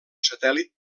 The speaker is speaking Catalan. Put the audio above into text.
satèl·lit